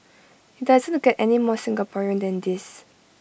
IT doesn't get any more Singaporean than this